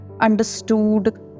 understood